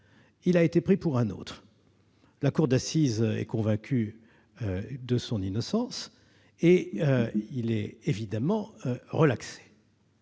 il a été pris pour un autre ... La cour d'assises est convaincue de son innocence et le relaxe.